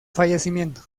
fallecimiento